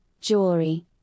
jewelry